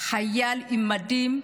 חיל במדים,